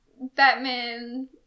Batman